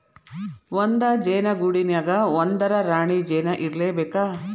ಒಂದ ಜೇನ ಗೂಡಿನ್ಯಾಗ ಒಂದರ ರಾಣಿ ಜೇನ ಇರಲೇಬೇಕ